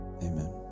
amen